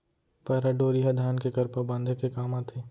पैरा डोरी ह धान के करपा बांधे के काम आथे